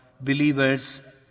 believers